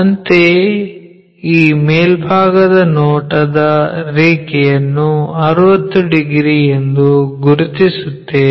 ಅಂತೆಯೇ ಈ ಮೇಲ್ಭಾಗದ ನೋಟದ ರೇಖೆಯನ್ನು 60 ಡಿಗ್ರಿ ಎಂದು ಗುರುತಿಸುತ್ತೇವೆ